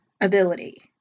ability